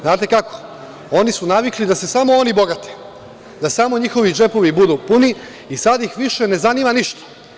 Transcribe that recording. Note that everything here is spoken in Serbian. Znate kako, oni su navikli da se samo oni bogate, da samo njihovi džepovi budu puni i sad ih više ne zanima ništa.